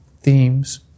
themes